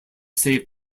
save